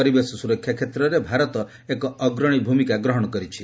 ପରିବେଶ ସୁରକ୍ଷା କ୍ଷେତ୍ରରେ ଭାରତ ଏକ ଅଗ୍ରଣୀ ଭୂମିକା ଗ୍ରହଣ କରିଛି